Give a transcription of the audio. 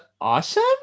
awesome